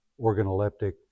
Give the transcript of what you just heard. organoleptic